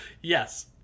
Yes